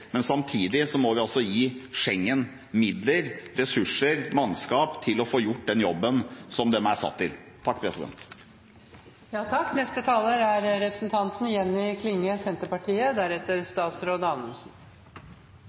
men samtidig må vi altså gi Schengen midler, ressurser og mannskap til å få gjort den jobben de er satt til.